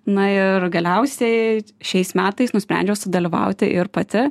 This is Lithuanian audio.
na ir galiausiai šiais metais nusprendžiau sudalyvauti ir pati